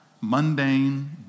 mundane